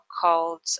called